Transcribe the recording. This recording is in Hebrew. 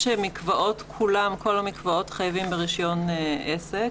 המקוואות כולם, כל המקוואות חייבים ברישיון עסק,